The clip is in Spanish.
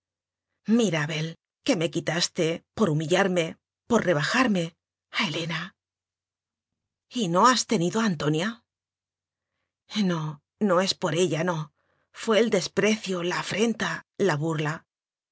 mira abel que me quitaste por humi r b llarme por rebajarme a helena y no has tenido a antonia no no es por ella no fué el desprecio la afrenta la burla